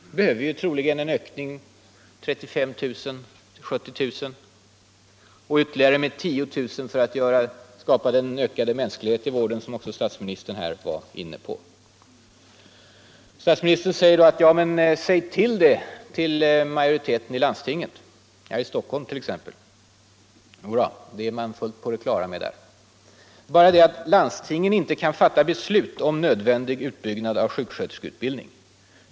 Vi behöver troligen en ökning av personalen med 35 000 till 70 000 och med ytterligare 10 000 13 för att kunna skapa den ökade mänsklighet i vården som också statsministern var inne på. Statsministern säger då: Ja, men säg det till majoriteten i landstingen, här i Stockholm t.ex. Jo då, det är man fullt på det klara med där. Det är bara det att landstingen inte kan fatta beslut om nödvändig utbyggnad av sjuksköterskeutbildningen.